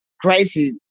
crazy